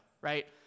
right